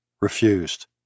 refused